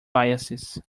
biases